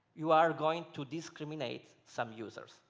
you are going to discriminate some users.